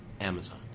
Amazon